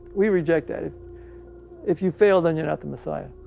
we reject that. if if you fail, then you're not the messiah.